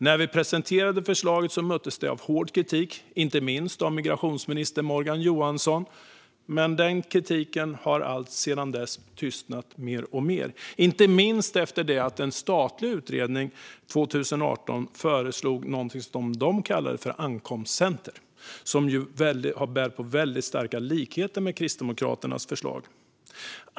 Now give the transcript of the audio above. När vi presenterade förslaget möttes det av hård kritik, inte minst från migrationsminister Morgan Johansson. Men den kritiken har sedan dess tystnat alltmer, inte minst efter att en statlig utredning 2018 föreslog något som de kallade ankomstcenter, som har stora likheter med Kristdemokraternas förslag.